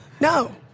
No